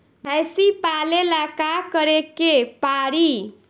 भइसी पालेला का करे के पारी?